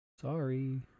Sorry